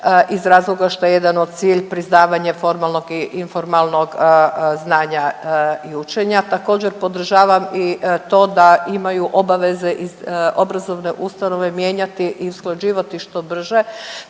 iz razloga što je jedan od cilj priznavanje formalnog i informalnog znanja i učenja. Također podržavam i to da imaju obaveze i obrazovne ustanove mijenjati i usklađivati što brže